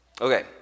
Okay